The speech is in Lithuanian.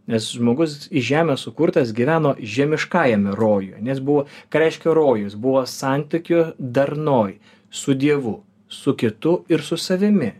nes žmogus į žemę sukurtas gyveno žemiškajame rojuje nes buvo ką reiškia rojus buvo santykių darnoj su dievu su kitu ir su savimi